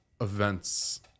events